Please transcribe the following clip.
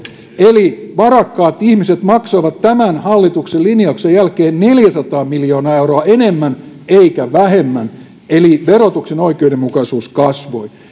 eli varakkaat ihmiset maksoivat tämän hallituksen linjauksen jälkeen neljäsataa miljoonaa euroa enemmän eivätkä vähemmän eli verotuksen oikeudenmukaisuus kasvoi